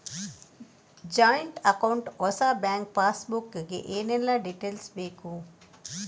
Joint account ಹೊಸ bank passbook ಗೆ ಏನೆಲ್ಲ ಡೀಟೇಲ್ಸ್ ಬೇಕು?